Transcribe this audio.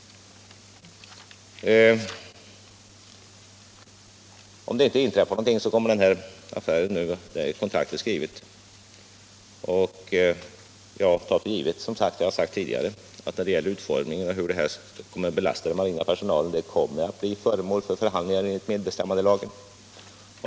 Om det inte inträffar någonting särskilt kommer den här affären till stånd, eftersom kontraktet är skrivet. Som jag sagt tidigare tar jag för givet att själva utformningen samt frågan om hur denna affär kommer att belasta den marina personalen skall bli föremål för förhandlingar i enlighet med medbestämmandelagen.